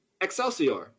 Excelsior